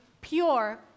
pure